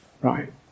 Right